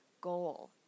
goal